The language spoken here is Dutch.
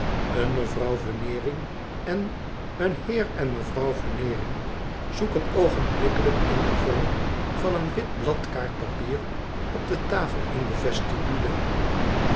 mevrouw veneering en een heer en mevrouw veneering zoeken oogenblikkelijk in den vorm van een wit blad kaartpapier op de tafel in de